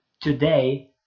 today